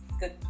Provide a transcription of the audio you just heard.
good